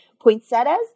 Poinsettias